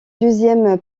deuxième